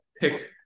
pick